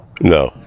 No